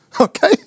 Okay